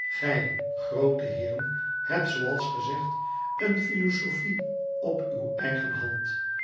gij groote heeren hebt zooals ge zegt een philosophie op uw eigen hand